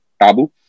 Tabu